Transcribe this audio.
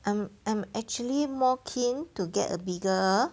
I'm I'm actually more keen to get a bigger